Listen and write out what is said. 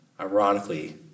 Ironically